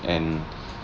and